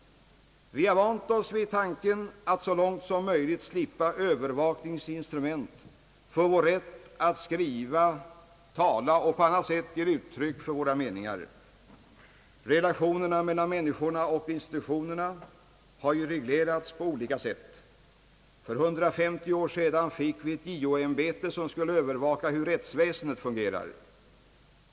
Vi har vant oss vid tanken att så långt som möjligt slippa övervakningsinstrument för vår rätt att skriva, tala och på annat sätt ge uttryck för våra meningar. Relationerna mellan människor och institutioner har ju reglerats på olika sätt. För 150 år sedan fick vi ett JO-ämbete, som skall övervaka hur rättsväsendet fungerar.